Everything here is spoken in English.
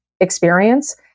Experience